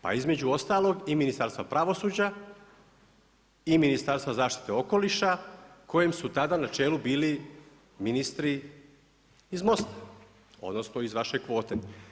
Pa između ostalog i Ministarstva pravosuđa i Ministarstva zaštite okoliša kojem su tada na čelu bili ministri iz MOST-a, odnosno iz vaš kvote.